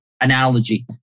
analogy